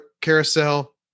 carousel